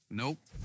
nope